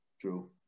True